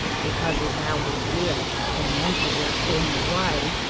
because as how we hear captain montable is gone away,